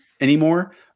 anymore